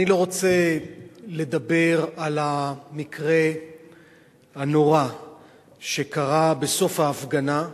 אני לא רוצה לדבר על המקרה הנורא שקרה בסוף ההפגנה,